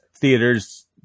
theaters